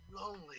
lonely